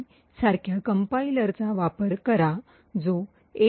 c सारख्या कंपाईलरचा वापर करा जो a